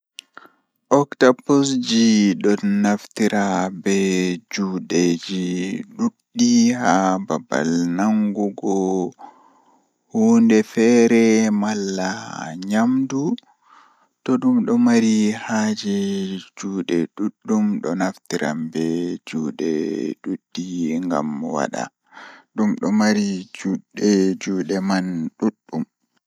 Jokkondir yiɓɓe e caɗeele ngam sabu, miɗo njiddaade nder temperature ngal ɗum waawataa kadi ngam waɗtude pants ɗee. Njidi pants ngal e bismila sabu nguurndam. Walla jokkondir iron ngal e sabu so tawii njillataa njiddude e siki. Njiddaade kaŋko he pants ngal ɗum njiddude nder sabu ɗiɗi, ko ngam njiddaade kaŋko ndaarayde.